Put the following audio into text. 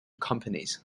companies